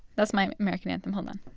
that's my american anthem. hold